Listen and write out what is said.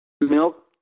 milk